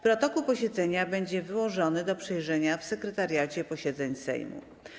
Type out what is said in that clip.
Protokół posiedzenia będzie wyłożony do przejrzenia w Sekretariacie Posiedzeń Sejmu.